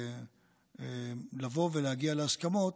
לבוא ולהגיע להסכמות,